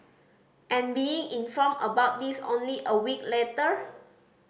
and being informed about this only a week later